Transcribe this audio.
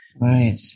right